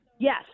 Yes